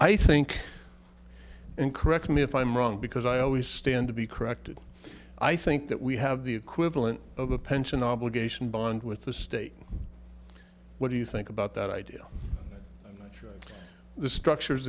i think and correct me if i'm wrong because i always stand to be corrected i think that we have the equivalent of a pension obligation bond with the state what do you think about that idea the structures